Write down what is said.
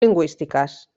lingüístiques